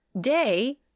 day